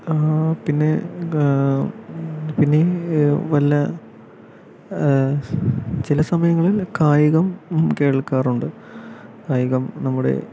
പിന്നെ വല്ല ചില സമയങ്ങളിൽ കായികം കേൾക്കാറുണ്ട് കായികം നമ്മുടെ